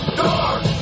dark